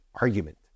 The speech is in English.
argument